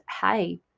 hey